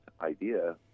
idea